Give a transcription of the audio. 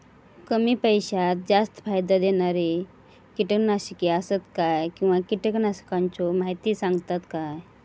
कमी पैशात जास्त फायदो दिणारी किटकनाशके आसत काय किंवा कीटकनाशकाचो माहिती सांगतात काय?